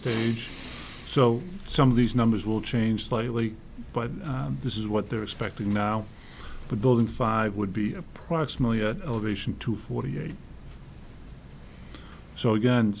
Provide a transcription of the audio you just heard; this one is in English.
stage so some of these numbers will change slightly but this is what they're expecting now the building five would be approximately ovation to forty eight so again